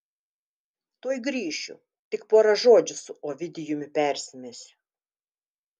tuoj grįšiu tik pora žodžių su ovidijumi persimesiu